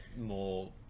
more